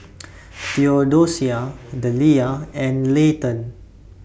Theodosia Deliah and Layton